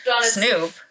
snoop